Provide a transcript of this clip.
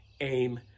aim